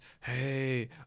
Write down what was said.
Hey